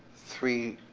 three,